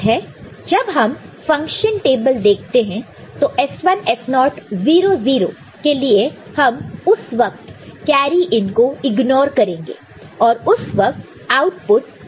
जब हम function table देखते हैं तो S1 S0 0 0 के लिए हम उस वक्त कैरी इन को इग्नोर करेंगे और उस वक्त आउटपुट A NAND B है